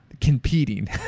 competing